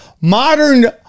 Modern